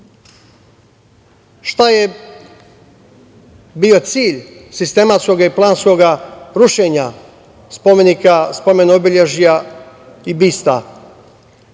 je bio cilj sistematskog i planskoga rušenja spomenika, spomen obeležja i bista?